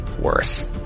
worse